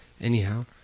anyhow